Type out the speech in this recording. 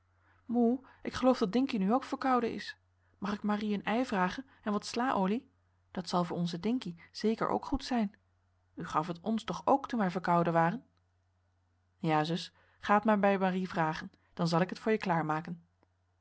moe ik geloof dat dinkie nu ook verkouden is mag ik marie een ei vragen en wat henriette van noorden weet je nog wel van toen slaolie dat zal voor onzen dinkie zeker ook goed zijn u gaf het ons toch ook toen wij verkouden waren ja zus ga het maar bij marie vragen dan zal ik het voor je